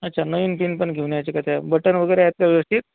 अच्छा नवीन पिन पण घेऊन यायची का त्या बटन वगैरे आहेत का व्यवस्थित